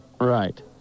right